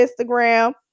Instagram